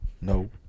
No